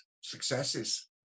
successes